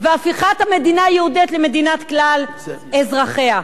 והפיכת המדינה היהודית למדינת כלל אזרחיה.